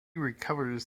recovers